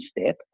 step